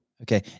Okay